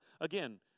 Again